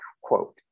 quote